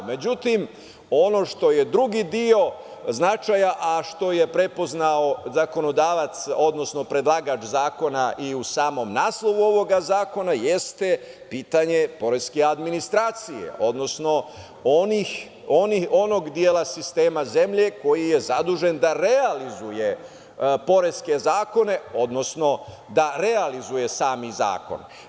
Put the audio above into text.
Međutim, ono što je drugi deo značaja, a što je prepoznao zakonodavac, odnosno predlagač zakona i u samom naslovu ovog zakona, jeste pitanje poreske administracije, odnosno onog dela sistema zemlje koji je zadužen da realizuje poreske zakone, odnosno da realizuje sam zakon.